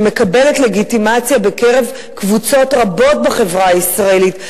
שמקבלת לגיטימציה בקרב קבוצות רבות בחברה הישראלית.